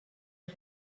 les